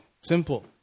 Simple